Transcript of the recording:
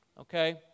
okay